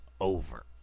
over